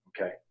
okay